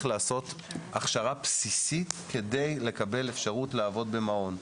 לעשות הכשרה בסיסית כדי לקבל אפשרות לעבוד במעון?